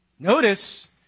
Notice